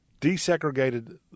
desegregated